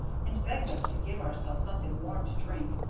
and begged us to give ourselves something warm to drink,